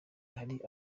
hari